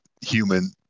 human